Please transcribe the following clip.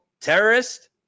terrorist